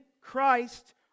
Christ